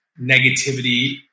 negativity